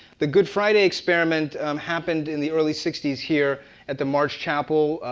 the good friday experiment happened in the early sixty s here at the march chapel.